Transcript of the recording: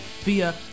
via